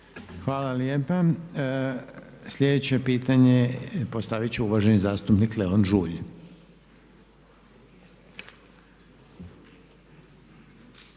vam lijepa. Sljedeće pitanje postavit će uvažena zastupnica Ružica